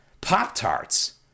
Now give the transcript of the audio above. Pop-Tarts